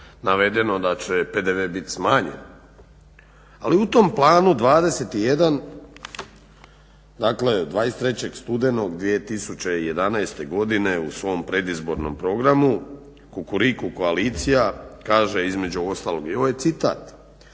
navedeno da će PDV biti smanjen ali u tom planu 21 dakle 23. Studenog 2011. Godine u svom predizbornom programu Kukuriku koalicija kaže između ostalog i ovaj citat: